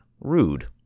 rude